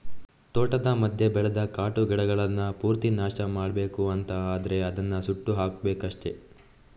ತೋಟದ ಮಧ್ಯ ಬೆಳೆದ ಕಾಟು ಗಿಡಗಳನ್ನ ಪೂರ್ತಿ ನಾಶ ಮಾಡ್ಬೇಕು ಅಂತ ಆದ್ರೆ ಅದನ್ನ ಸುಟ್ಟು ಹಾಕ್ಬೇಕಷ್ಟೆ